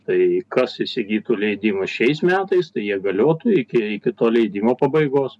tai kas įsigytų leidimus šiais metais tai jie galiotų iki kito leidimo pabaigos